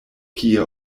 kie